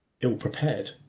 ill-prepared